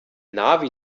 navi